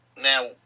Now